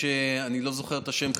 אני לא זוכר את השם כרגע,